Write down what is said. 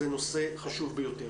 זה נושא חשוב ביותר.